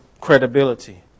credibility